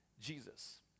Jesus